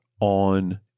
on